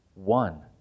one